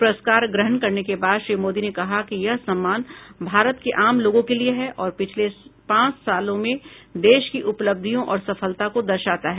पुरस्कार ग्रहण करने के बाद श्री मोदी ने कहा कि यह सम्मान भारत के आम लोगों के लिए है और पिछले पांच सालों में देश की उपलब्धियों और सफलता को दर्शता है